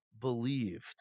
believed